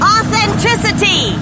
Authenticity